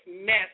mess